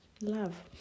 love